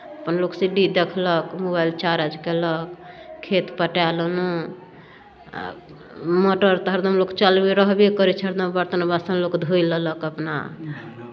अपन लोक C D देखलक मोबाइल चार्ज कयलक खेत पटाए लेलहुँ आ मोटर तऽ हरदम लोक चालुए रहबे करै छै हरदम बर्तन बासन लोक धोइ लेलक अपना